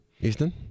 Easton